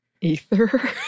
ether